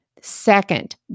Second